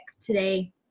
today